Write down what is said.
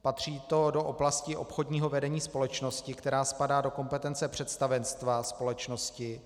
Patří to do oblasti obchodního vedení společnosti, která spadá do kompetence představenstva společnosti.